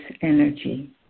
energy